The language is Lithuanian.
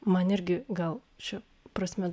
man irgi gal šia prasme